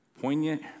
poignant